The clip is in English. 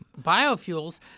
biofuels